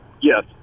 Yes